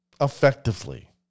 effectively